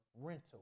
rental